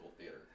theater